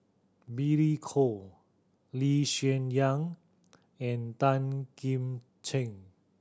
Billy Koh Lee Hsien Yang and Tan Kim Ching